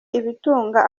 ibitunga